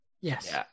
yes